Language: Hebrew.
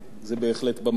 אדוני היושב-ראש,